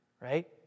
right